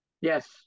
Yes